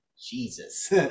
Jesus